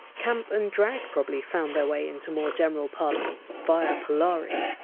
camp and drag probably found their way into more general parlance via polari